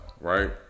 right